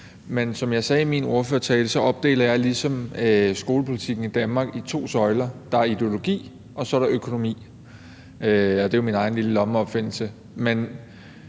men som jeg sagde i min ordførertale, opdeler jeg ligesom skolepolitikken i Danmark i to søjler: Der er ideologi, og så er der økonomi. Det er jo min egen lille lommeopfindelse.